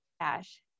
cash